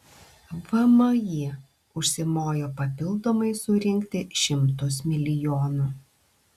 vmi užsimojo papildomai surinkti šimtus milijonų